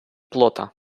плота